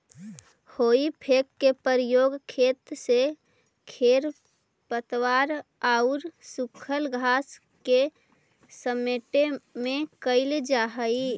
हेइ फोक के प्रयोग खेत से खेर पतवार औउर सूखल घास के समेटे में कईल जा हई